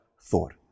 thought